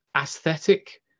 aesthetic